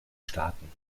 staaten